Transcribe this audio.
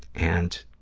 and